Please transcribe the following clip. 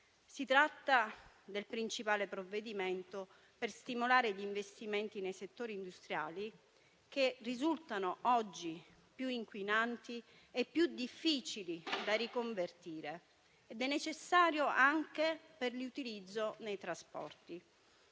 Si tratta del principale provvedimento per stimolare gli investimenti nei settori industriali che risultano oggi più inquinanti e più difficili da riconvertire ed è necessario anche per l'utilizzo nei trasporti,